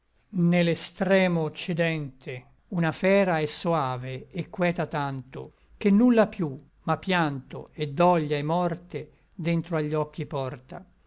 l'extremo occidente una fera è soave et queta tanto che nulla piú ma pianto et doglia et morte dentro agli occhi porta